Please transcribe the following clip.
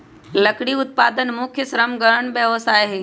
लकड़ी उत्पादन मुख्य श्रम गहन व्यवसाय हइ